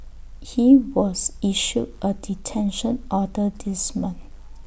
he was issued A detention order this month